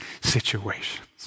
situations